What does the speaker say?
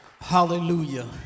Hallelujah